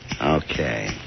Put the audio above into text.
Okay